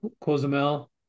Cozumel